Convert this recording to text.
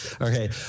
Okay